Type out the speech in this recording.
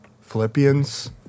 Philippians